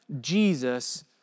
Jesus